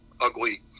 ugly